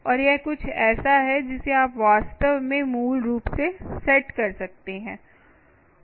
और यह कुछ ऐसा है जिसे आप वास्तव में मूल रूप से सेट कर सकते हैं